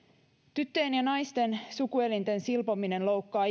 tyttöjen ja naisten sukuelinten silpominen loukkaa